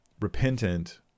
repentant